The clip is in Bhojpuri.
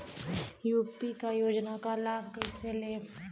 यू.पी क योजना क लाभ कइसे लेब?